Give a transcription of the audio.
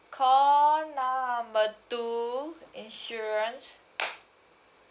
call number two insurance